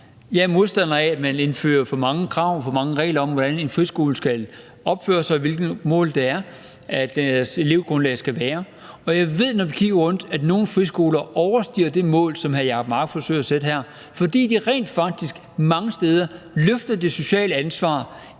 Jeg er modstander af, at man indfører for mange krav og for mange regler, i forhold til hvordan en friskole skal opføre sig og hvilke mål det er, deres elevgrundlag skal følge. Og jeg ved, når vi kigger rundt, at nogle skoler overstiger det mål, som hr. Jacob Mark forsøger at sætte her, fordi de rent faktisk mange steder løfter det sociale ansvar